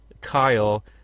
Kyle